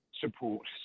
support